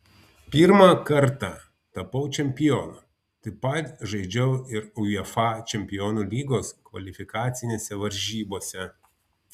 pirmą kartą tapau čempionu taip pat žaidžiau ir uefa čempionų lygos kvalifikacinėse varžybose